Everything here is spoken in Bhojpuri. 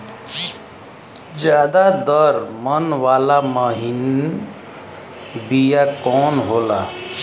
ज्यादा दर मन वाला महीन बिया कवन होला?